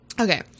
Okay